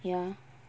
ya